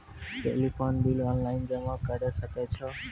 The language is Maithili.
टेलीफोन बिल ऑनलाइन जमा करै सकै छौ?